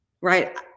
right